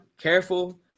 Careful